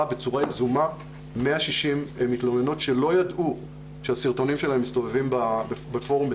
בצורה יזומה 160 מתלוננות שלא ידעו שהסרטונים שלהם מסתובבים בפורום,